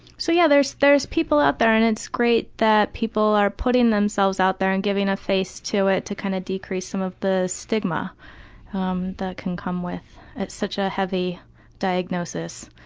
so yeah there's there's people out there and it's great that people are putting themselves out there and giving a face to it to kind of decrease some of the stigma um that can come with such a heavy diagnosis,